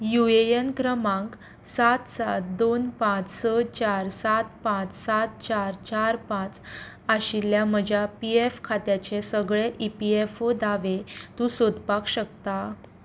UAN क्रमांक सात सात दोन पांच स चार सात पांच सात चार चार पांच आशिल्ल्या म्हज्या पीएफ खात्याचे सगळे ईपीएफओ दावे तूं सोदपाक शकता